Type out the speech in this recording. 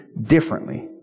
differently